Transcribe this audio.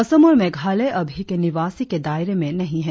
असम और मेघालय अभी के निवासी के दायरे में नही है